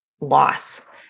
loss